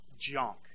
junk